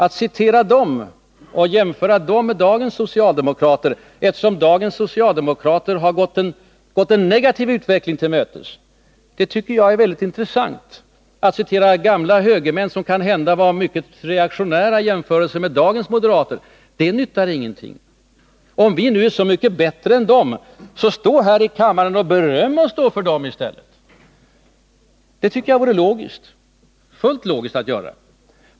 Att citera dem och jämföra dem med dagens socialdemokrater — eftersom dagens socialdemokrater har gått en negativ utveckling till mötes — tycker jag är väldigt intressant. Att citera gamla högermän, som kanhända var mycket reaktionära i jämförelse med dagens moderater, nyttar ingenting. Om vi nu är så mycket bättre än de, stå då här i kammaren och beröm oss i stället. Det tycker jag vore fullt logiskt att göra.